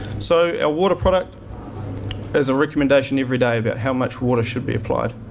so ah water product is a recommendation every day about how much water should be applied.